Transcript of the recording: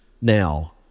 now